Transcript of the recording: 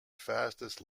fastest